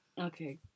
okay